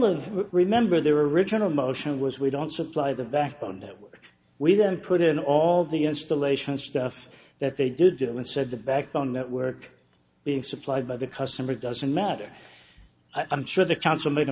of remember the original motion was we don't supply the backbone network we don't put in all the installation stuff that they did when said the backbone network being supplied by the customer doesn't matter i'm sure the council made a